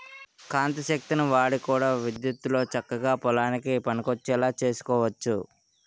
కాంతి శక్తిని వాడి కూడా విద్యుత్తుతో చక్కగా పొలానికి పనికొచ్చేలా సేసుకోవచ్చు